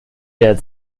der